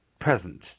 present